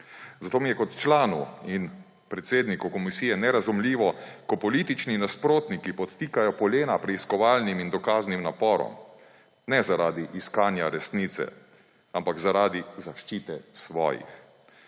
Zato mi je kot članu in predsedniku komisije nerazumljivo, ko politični nasprotniki podtikajo polena preiskovalnim in dokaznim naporom, ne zaradi iskanja resnice, ampak zaradi zaščite svojih.